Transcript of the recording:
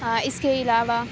اس کے علاوہ